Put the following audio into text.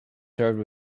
served